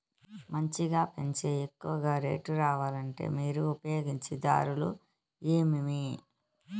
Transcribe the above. మంచిగా పెంచే ఎక్కువగా రేటు రావాలంటే మీరు ఉపయోగించే దారులు ఎమిమీ?